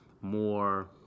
more